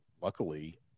luckily